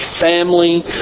family